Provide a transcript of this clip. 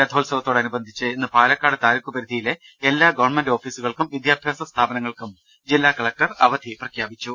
രഥോത്സവത്തോടനുബന്ധിച്ച് ഇന്ന് പാലക്കാട് താലൂക്ക് പരിധിയിലെ എല്ലാ ഗവൺമെന്റ് ഓഫീസുകൾക്കും വിദ്യാഭ്യാസ സ്ഥാപനങ്ങൾക്കും ജില്ലാ കലക്ടർ അവധി പ്രഖ്യാപിച്ചു